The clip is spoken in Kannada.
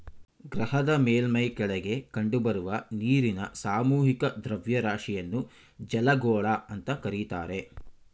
ಗ್ರಹದ ಮೇಲ್ಮೈ ಕೆಳಗೆ ಕಂಡುಬರುವ ನೀರಿನ ಸಾಮೂಹಿಕ ದ್ರವ್ಯರಾಶಿಯನ್ನು ಜಲಗೋಳ ಅಂತ ಕರೀತಾರೆ